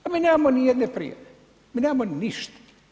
A mi nemamo ni jedne prijave, mi nemamo ništa.